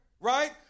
right